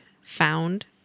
found